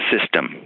system